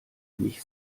mich